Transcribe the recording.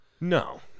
No